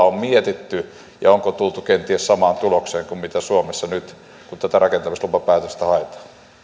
on mietitty ja onko tultu kenties samaan tulokseen kuin suomessa nyt kun tätä rakentamislupapäätöstä haetaan